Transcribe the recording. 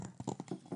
כן.